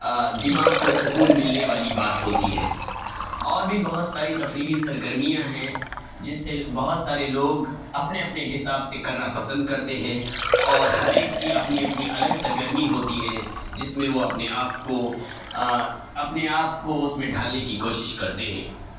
دماغ کو سکون ملنے والی بات ہوتی ہے اور بھی بہت ساری تفریحی سرگرمیاں ہیں جس سے بہت سارے لوگ اپنے اپنے حساب سے کرنا پسند کرتے ہیں اور ہر ایک کی اپنی اپنی الگ سرگرمی ہوتی ہے جس میں وہ اپنے آپ کو اپنے آپ کو اس میں ڈھالنے کی کوشش کرتے ہیں